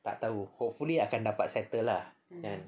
tak tahu hopefully akan dapat settle lah kan